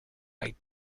like